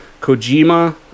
Kojima